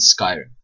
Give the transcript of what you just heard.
Skyrim